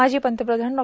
माजी पंतप्रधान डॉ